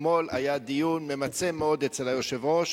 אתמול היה דיון ממצה מאוד אצל היושב-ראש,